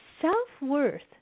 self-worth